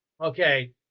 Okay